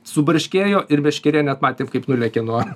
subarškėjo ir meškerė net matėm kaip nulėkė nuo